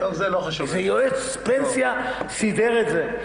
איזה יועץ פנסיה סידר את זה.